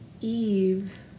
Eve